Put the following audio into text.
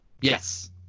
yes